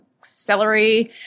celery